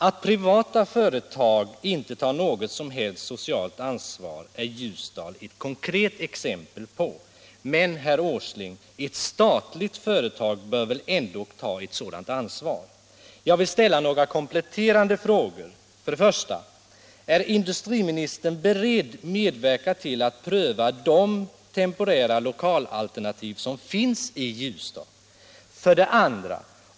Att privata företag inte tar något som helst socialt ansvar är Ljusdal ett konkret exempel på, men, herr Åsling, ett statligt företag bör väl ändå ta ett sådant ansvar? 1. Är industriministern beredd medverka till att pröva de temporära lokalalternativ som finns i Ljusdal? 2.